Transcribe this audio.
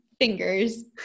fingers